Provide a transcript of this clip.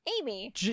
Amy